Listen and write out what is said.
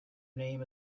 name